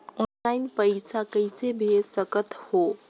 Online पइसा कइसे भेज सकत हो?